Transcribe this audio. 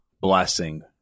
blessing